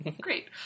great